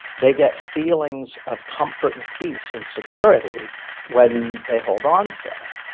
they get feelings of comfort, and peace, and security when they hold on to it.